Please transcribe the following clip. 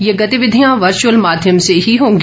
ये गतिविधियां वर्चुअल माध्यम से ही होंगी